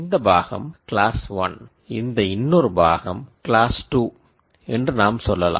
இந்த பாகம் கிளாஸ் 1 இந்த இன்னொரு பாகம் கிளாஸ் 2 என்று நாம் சொல்லலாம்